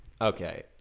okay